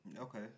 Okay